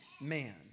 man